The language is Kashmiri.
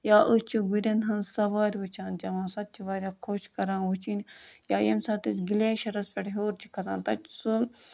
یا أسۍ چھِ گُرٮ۪ن ہٕنٛز سَوارِ وٕچھان چٮ۪وان سۄ تہِ چھِ واریاہ خوش کران وٕچھِنۍ یا ییٚمہِ ساتہٕ أسۍ گِلیشَرَس پٮ۪ٹھ ہیوٚر چھِ کھسان تَتہِ چھِ سُہ